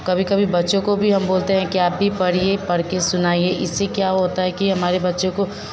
कभी कभी बच्चों को भी हम बोलते हैं के आप भी पढिए पढ़ के सुनाइए इससे क्या होता है कि हमारे बच्चों को